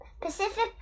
Pacific